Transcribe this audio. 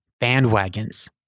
bandwagons